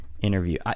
interview